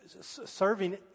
serving